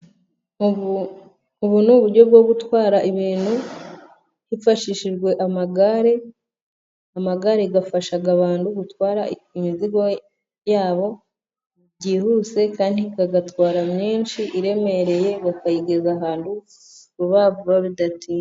Ubu ni uburyo bwo gutwara ibintu, hifashishijwe amagare. Amagare afasha abantu gutwara imizigo yabo byihuse, kandi agatwara myinshi iremereye bakayigeza ahantu vuba vuba bidatinze.